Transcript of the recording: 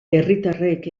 herritarrek